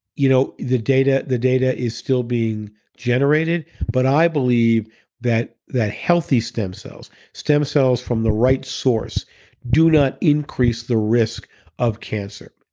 you know the data the data is still being generated but i believe that that healthy stem cells, stem cells from the right source do not increase the risk of cancer.